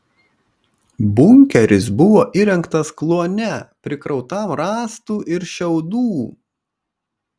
bunkeris buvo įrengtas kluone prikrautam rąstų ir šiaudų